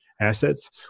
assets